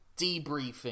debriefing